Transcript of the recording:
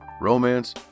romance